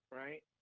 right